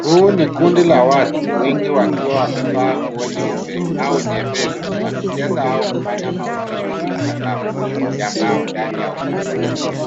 Huu ni kundi la watu wengi wakiwa wamevaa nguo nyeupe au nyepesi, wakicheza au kufanya maonyesho kwenye sakafu ya mbao ndani ya ukumbi mkubwa.